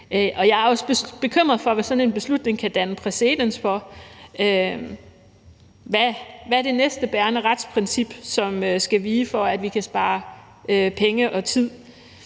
Jeg er også bekymret for, hvad sådan en beslutning kan danne præcedens for. Hvad er det næste bærende retsprincip, som skal vige, for at vi kan spare penge og tid?